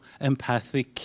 empathic